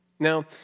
Now